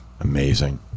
Amazing